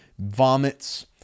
Vomits